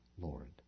Lord